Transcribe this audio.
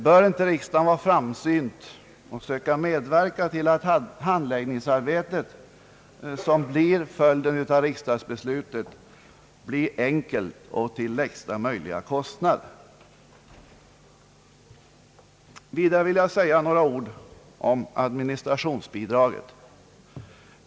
Bör inte riksdagen vara framsynt och söka medverka till att det handläggningsarbete som blir följden av riksdagsbeslutet görs enkelt och till lägsta möjliga kostnad? Vidare vill jag säga några ord om administrationsbidraget.